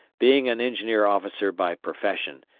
being an engineer officer by profession,